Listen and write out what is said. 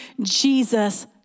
Jesus